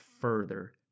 further